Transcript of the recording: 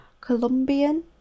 Colombian